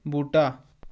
बूह्टा